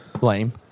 lame